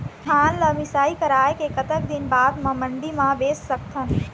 धान ला मिसाई कराए के कतक दिन बाद मा मंडी मा बेच सकथन?